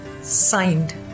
signed